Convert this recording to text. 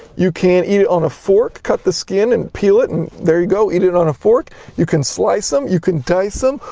you can eat it on a fork, cut the skin and peel it and, there you go, eat it on a fork. you can slice em, you can dice em,